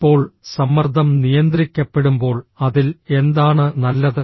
ഇപ്പോൾ സമ്മർദ്ദം നിയന്ത്രിക്കപ്പെടുമ്പോൾ അതിൽ എന്താണ് നല്ലത്